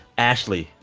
ashley,